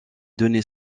donné